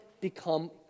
become